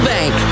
Bank